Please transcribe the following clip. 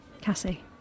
Cassie